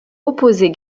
opposer